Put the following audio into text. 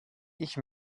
ich